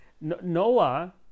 Noah